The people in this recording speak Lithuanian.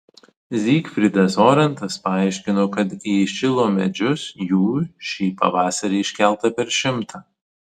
zygfridas orentas paaiškino kad į šilo medžius jų šį pavasarį iškelta per šimtą